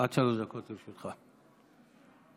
עד שלוש דקות לרשותך, בבקשה.